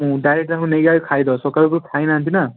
direct ତାଙ୍କୁ ନେଇକି ଆଗ ଖାଇ ଦେବା ସକାଳୁ ପହରୁ ଖାଇନାହାଁନ୍ତି ନା